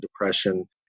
depression